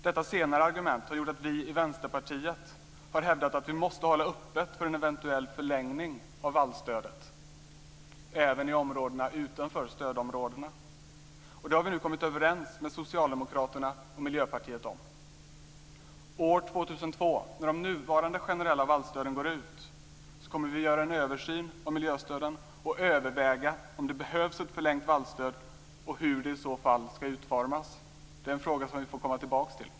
Det senare argumentet har gjort att vi i Vänsterpartiet har hävdat att vi måste hålla öppet för en eventuell förlängning av vallstödet, även i områdena utanför stödområdena. Detta har vi nu kommit överens med Socialdemokraterna och Miljöpartiet om. År 2002, när de nuvarande generella vallstöden går ut, kommer vi att göra en översyn av miljöstöden och överväga om det behövs ett förlängt vallstöd och se hur det i så fall ska utformas. Det är en fråga som vi får komma tillbaka till.